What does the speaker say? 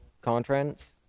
conference